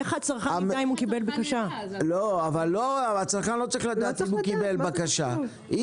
הצרכן לא צריך לדעת אם הוא קיבל בקשה.